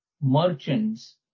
merchants